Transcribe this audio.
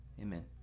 Amen